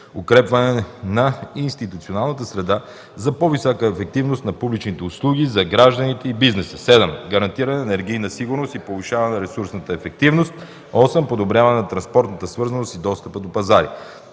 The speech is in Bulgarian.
укрепване на институционалната среда за по-висока ефективност на публичните услуги за гражданите и бизнеса. Седмо, гарантиране на енергийна сигурност и повишаване на ресурсната ефективност. Осмо, подобряване на транспортната свързаност и достъпът до пазари.